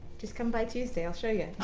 just come by tuesday, i'll show you.